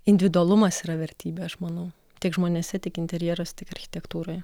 individualumas yra vertybė aš manau tiek žmonėse tiek interjeruose tiek architektūroje